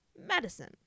medicine